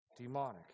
demonic